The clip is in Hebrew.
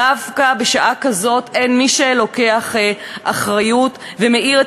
דווקא בשעה כזאת אין מי שלוקח אחריות ומאיר את